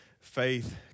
faith